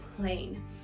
plain